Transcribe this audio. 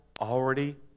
already